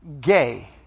gay